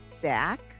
Zach